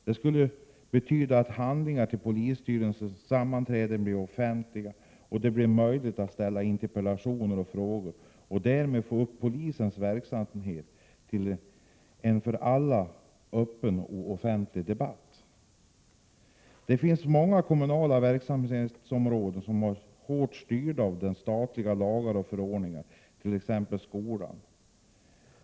Det skulle betyda att handlingarna till polisstyrelsens sammanträden blev offentliga och att det blev möjligt att ställa interpellationer och frågor och därmed få upp polisens verksamhet till en för alla öppen och offentlig debatt. Det finns många kommunala verksamhetsområden som är hårt styrda av lagar och statliga förordningar, t.ex. skolan.